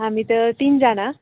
हामी त तिनजना